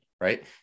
right